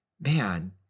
man